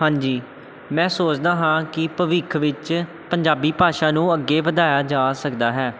ਹਾਂਜੀ ਮੈਂ ਸੋਚਦਾ ਹਾਂ ਕਿ ਭਵਿੱਖ ਵਿੱਚ ਪੰਜਾਬੀ ਭਾਸ਼ਾ ਨੂੰ ਅੱਗੇ ਵਧਾਇਆ ਜਾ ਸਕਦਾ ਹੈ